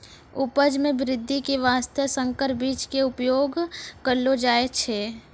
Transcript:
उपज मॅ वृद्धि के वास्तॅ संकर बीज के उपयोग करलो जाय छै